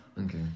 Okay